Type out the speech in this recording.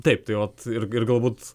taip tai vat ir ir gal būt